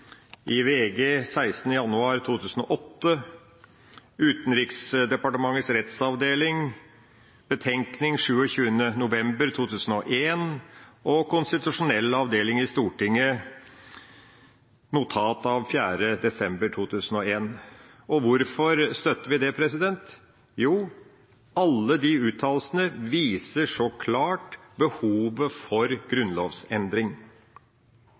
VG 16. januar 2008, Utenriksdepartementets rettsavdeling, betenkning 27. november 2001, og konstitusjonell avdeling i Stortinget, notat av 4. desember 2001. Og hvorfor støtter vi dette? Jo, alle disse uttalelsene viser klart behovet for grunnlovsendring.